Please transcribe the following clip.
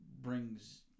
brings